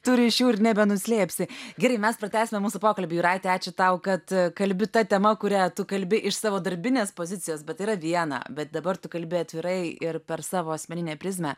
tų ryšių ir nebenuslėpsi gerai mes pratęsime mūsų pokalbį jūrate ačiū tau kad kalbi ta tema kuria tu kalbi iš savo darbinės pozicijos bet tai yra viena bet dabar tu kalbi atvirai ir per savo asmeninę prizmę